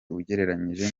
ugereranyije